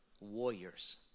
warriors